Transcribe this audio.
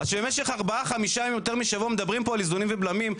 אז במשך יותר משבוע מדברים פה על איזונים ובלמים,